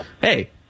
hey